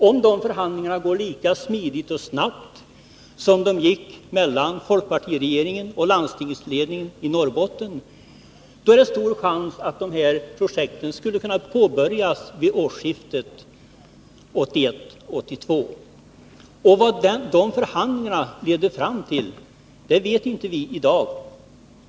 Om de förhandlingarna går lika smidigt och snabbt som var fallet med förhandlingarna mellan folkpartiregeringen och landstingsledningen i Norrbotten finns det en stor chans att de här projekten kan påbörjas vid årsskiftet 1981-1982. Vad de förhandlingarna leder fram till vet vi inte i dag.